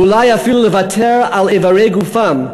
ואולי אפילו לוותר על איברי גופם,